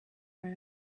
room